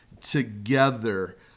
together